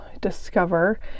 discover